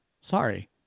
Sorry